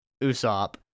Usopp